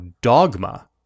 dogma